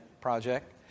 Project